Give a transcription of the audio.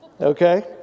Okay